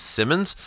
Simmons